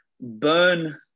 burn